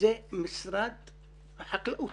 זה משרד החקלאות,